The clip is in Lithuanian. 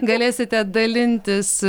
galėsite dalintis